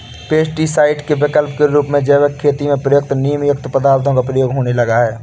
pesticide के विकल्प के रूप में जैविक खेती में प्रयुक्त नीमयुक्त पदार्थों का प्रयोग होने लगा है